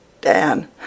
Dan